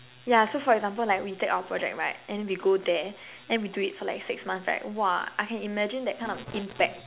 yeah so for example like we take our project right and then we go there then we do it for like six months right !wah! I can imagine that kind of impact